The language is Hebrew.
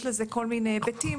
יש לזה כל מיני היבטי,